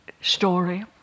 story